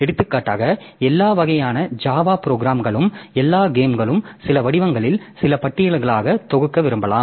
எடுத்துக்காட்டாக எல்லா வகையான ஜாவா புரோகிராம்களும் எல்லா கேம்களும் சில வடிவங்களில் சில பட்டியல்களாக தொகுக்க விரும்பலாம்